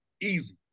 easy